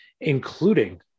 including